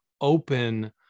open